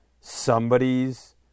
somebody's